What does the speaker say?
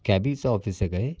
कॅबीचं office आहे का हे